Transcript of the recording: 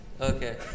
Okay